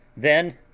then,